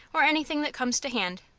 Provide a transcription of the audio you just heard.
or anything that comes to hand.